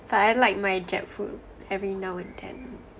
but I like my jap food every now and then